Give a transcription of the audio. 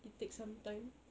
it take some time